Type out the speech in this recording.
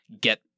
get